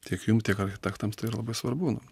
tiek jum tiek architektams tai yra labai svarbu